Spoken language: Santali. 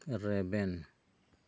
ᱨᱮᱵᱮᱱ